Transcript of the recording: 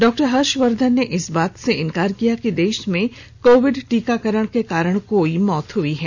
doctor Harshvardhan ने इस बात से इनकार किया कि देश में कोविड टीकाकरण के कारण कोई मौत हुई है